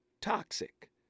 toxic